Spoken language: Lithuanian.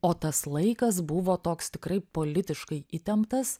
o tas laikas buvo toks tikrai politiškai įtemptas